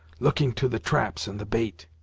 looking to the traps and the bait.